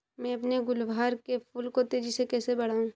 मैं अपने गुलवहार के फूल को तेजी से कैसे बढाऊं?